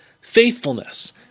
faithfulness